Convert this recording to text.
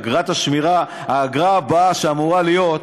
אגרת השמירה, האגרה הבאה שאמורה להיות,